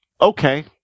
okay